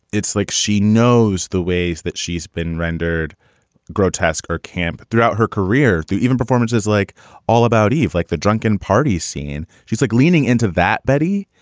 it's like she knows the ways that she's been rendered grotesque or camp throughout her career. even performances like all about eve, like the drunken party scene. she's like leaning into that, betty.